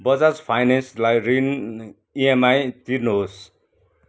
बजाज फाइनेन्सलाई ऋण इएमआई तिर्नुहोस्